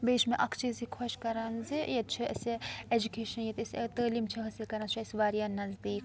بیٚیہِ چھُ مےٚ اَکھ چیٖز یہِ خۄش کَران زِ ییٚتہِ چھِ اسہِ ایٚجوکیشَن ییٚتہِ أسۍ ٲں تٔعلیٖم چھِ حٲصِل کَران سُہ چھُ اسہِ واریاہ نزدیٖک